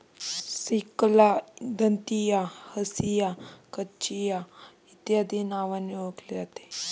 सिकलला दंतिया, हंसिया, काचिया इत्यादी नावांनी ओळखले जाते